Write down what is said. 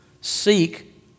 Seek